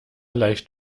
leicht